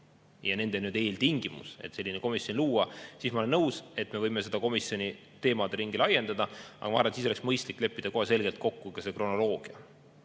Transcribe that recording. ja nende eeltingimus, et selline komisjon luua, siis ma olen nõus – me võime komisjoni teemade ringi laiendada. Aga ma arvan, et siis oleks mõistlik leppida kohe selgelt kokku ka kronoloogia